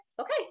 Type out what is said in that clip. okay